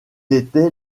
était